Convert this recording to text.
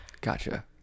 gotcha